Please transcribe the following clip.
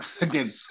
again